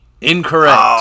Incorrect